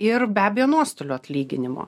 ir be abejo nuostolių atlyginimo